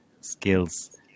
skills